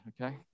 Okay